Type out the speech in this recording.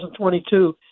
2022